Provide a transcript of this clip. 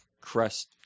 Crest